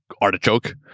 artichoke